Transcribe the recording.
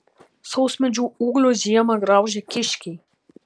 sausmedžių ūglius žiemą graužia kiškiai